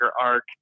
arc